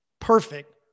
perfect